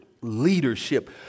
leadership